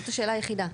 זאת השאלה היחידה.